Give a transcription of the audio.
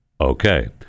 Okay